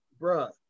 bruh